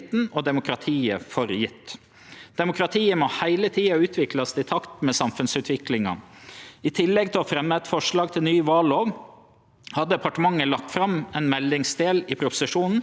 har departementet lagt fram ein meldingsdel i proposisjonen, der vi set val inn i eit breiare demokratiperspektiv. Der omtalar og vurderer vi nokre aktuelle utviklingstrekk som vi meiner det er viktig å vere merksame på.